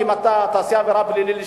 אם אתה תעשה עבירה פלילית,